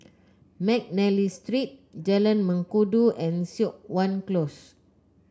McNally Street Jalan Mengkudu and Siok Wan Close